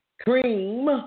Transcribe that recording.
cream